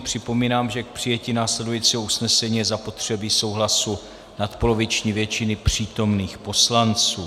Připomínám, že k přijetí následujícího usnesení je zapotřebí souhlasu nadpoloviční většiny přítomných poslanců.